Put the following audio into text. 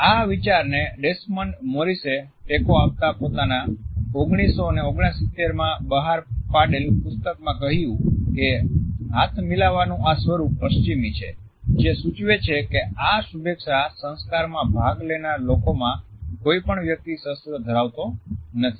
આ વિચારને ડેસમન્ડ મોરિસે ટેકો આપતા પોતાની 1969 માં બહાર પડેલ પુસ્તકમાં કહ્યું કે હાથ મિલાવવાનું આ સ્વરૂપ પશ્ચિમી છે જે સૂચવે છે કે આ શુભેચ્છા સંસ્કારમાં ભાગ લેનાર લોકોમાં કોઈપણ વ્યક્તિ શસ્ત્ર ધરાવતો નથી